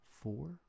four